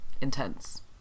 intense